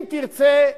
אם תרצה,